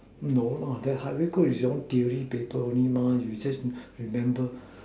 no lah that have very good is you all theory paper only mah you all just remember